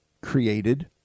created